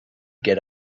get